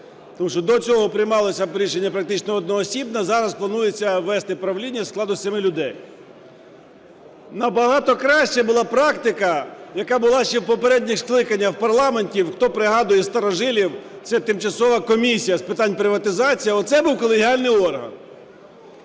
тому що до цього приймалося рішення практично одноосібно, зараз планується ввести правління складом з семи людей. Набагато краще була практика, яка була ще в попередніх скаканнях в парламентів, хто пригадує зі старожилів, це Тимчасова комісія з питань приватизації, оце був колегіальний орган,